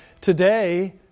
Today